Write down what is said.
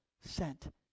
sent